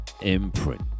imprint